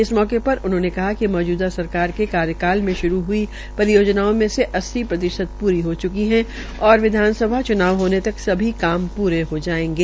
इस मौके पर उन्होंने कहा कि मौजूदा सरकार के कार्यकाल में श्रू हुई परियोजनाओं में से अस्सी प्रतिशत पूरी जो चुकी है और विधानसभा च्नाव होने तक सभी काम पूरे हो जायेंगे